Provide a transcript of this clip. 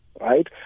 right